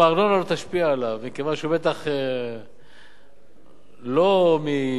מכיוון שהוא בטח לא מאוכלוסיית הרווחה,